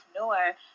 entrepreneur